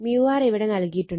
µr ഇവിടെ നൽകിയിട്ടുണ്ട്